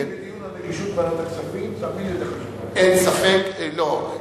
אני בטוח שהיתה לך תשובה טובה.